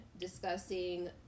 discussing